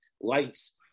lights